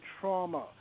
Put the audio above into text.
trauma